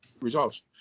results